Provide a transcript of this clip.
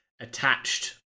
Attached